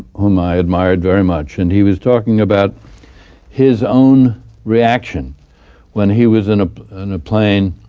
who um i admired very much, and he was talking about his own reaction when he was in a and plane